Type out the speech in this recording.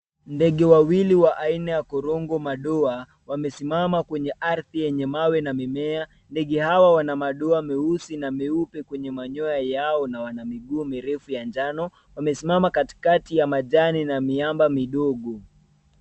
Ndege wawili wa aina ya korongo madoa wamesimama kwenye ardhi yenye mawe na mimea. Ndege hawa wana madoa meusi na meupe kwenye manyoya yao na wana miguu mirefu ya njano. Wamesimama katikati ya majani na miamba midogo.